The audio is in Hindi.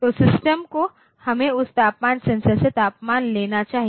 तो सिस्टम को हमें उस तापमान सेंसर से तापमान लेना चाहिए